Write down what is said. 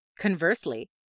Conversely